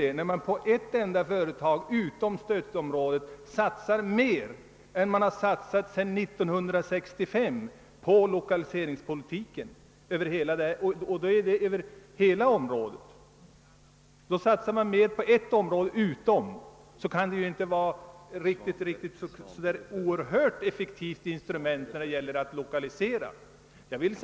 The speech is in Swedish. Men när man på ett enda företag utom stödområdet satsar mer än man satsat på hela stödområdet sedan 1965, kan väl instrumentet inte vara så oerhört effektivt när det gäller att dirigera en lokalisering till Norrland.